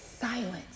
silence